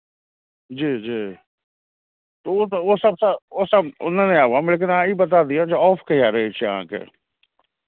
जी जी ओ तऽ ओसभ तऽ ओसभ लेने आयब हम लेकिन अहाँ ई बता दिअ जे ऑफ कहिया रहै छै अहाँकेँ